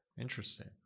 Interesting